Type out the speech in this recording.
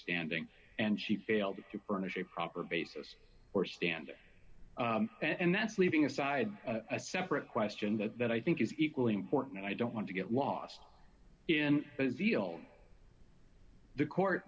standing and she failed to furnish a proper basis or standard and that's leaving aside a separate question that i think is equally important and i don't want to get lost in the zeal the court